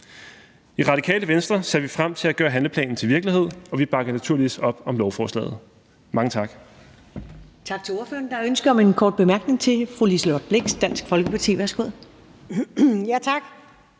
I Radikale Venstre ser vi frem til at gøre handleplanen til virkelighed, og vi bakker naturligvis op om lovforslaget. Mange tak.